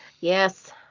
Yes